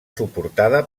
suportada